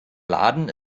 laden